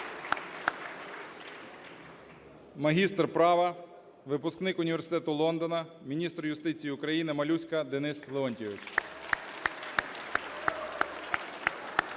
Магістр права, випускник університету Лондона – міністр юстиції України – Малюська Денис Леонтійович.